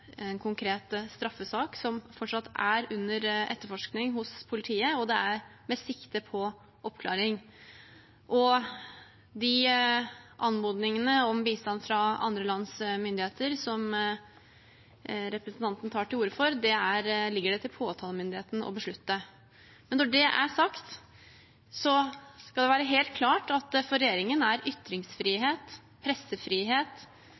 en konkret straffesak som fortsatt er under etterforskning hos politiet med sikte på oppklaring, og de anmodningene om bistand fra andre lands myndigheter som representanten tar til orde for, ligger det til påtalemyndigheten å beslutte. Når det er sagt, så la det være helt klart at for regjeringen er ytringsfrihet, pressefrihet,